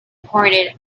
pointed